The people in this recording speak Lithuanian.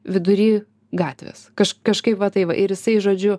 vidury gatvės kaž kažkaip va taip va ir jisai žodžiu